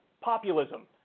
populism